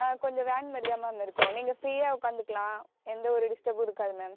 ஆ கொஞ்சம் வேன் மாரிதான் மேம் இருக்கும் நீங்கள் ஃப்ரீயாக உட்காந்துக்கலாம் எந்த ஒரு டிஸ்டபும் இருக்காது மேம்